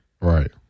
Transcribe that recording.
Right